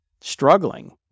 struggling